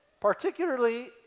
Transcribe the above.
Particularly